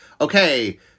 okay